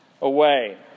Away